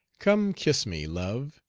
come kiss me, love,